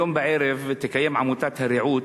היום בערב תקיים עמותת "הרעות,